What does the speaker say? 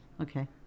Okay